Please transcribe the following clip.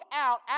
out